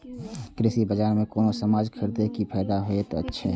कृषि बाजार में कोनो सामान खरीदे के कि फायदा होयत छै?